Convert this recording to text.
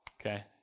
okay